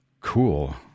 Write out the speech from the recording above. Cool